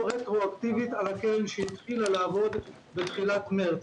רטרואקטיבית על הקרן שהתחילה לעבוד בתחילת מרץ.